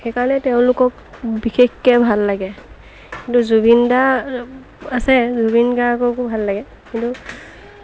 সেইকাৰণে তেওঁলোকক বিশেষকৈ ভাল লাগে কিন্তু জুবিন দাৰ আছে জুবিন গাৰ্গকো ভাল লাগে কিন্তু